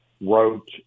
wrote